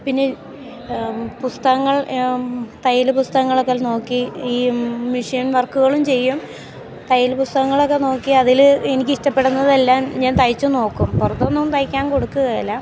പിന്നെ പുസ്തകങ്ങൾ തയ്യൽ പുസ്തകങ്ങൾ ഒക്കെ നോക്കി ഈ മെഷീൻ വർക്ക്കളും ചെയ്യും തയ്യൽ പുസ്തകങ്ങൾ ഒക്കെ നോക്കി അതിൽ എനിക്ക് ഇഷ്ടപ്പെടുന്നത് എല്ലാം ഞാൻ തയ്ച്ച് നോക്കും പുറത്തൂന്ന് ഒന്നും തയ്ക്കാൻ കൊടുക്കുക ഇല്ല